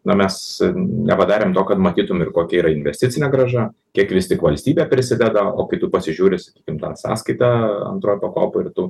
na mes nepadarėm to kad matytum ir kokia yra investicinė grąža kiek vis tik valstybė prisideda o kai tu pasižiūri sakykim tą sąskaitą antroj pakopoj ir tu